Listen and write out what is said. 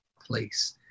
place